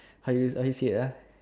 how you how you say it uh